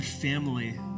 family